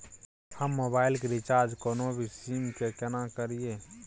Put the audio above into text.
हम मोबाइल के रिचार्ज कोनो भी सीम के केना करिए?